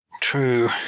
True